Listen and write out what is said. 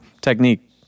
technique